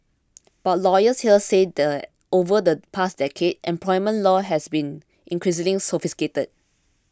but lawyers here say that over the past decade employment law has become increasingly sophisticated